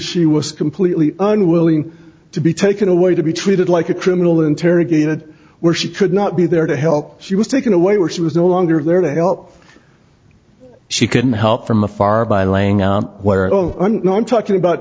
she was completely unwilling to be taken away to be treated like a criminal interrogated where she could not be there to help she was taken away where she was no longer there to help she couldn't help from afar by laying out where i don't know i'm talking about